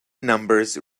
numbers